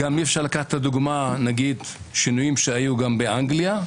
גם אי-אפשר לקחת את השינויים שהיו גם באנגליה.